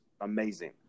amazing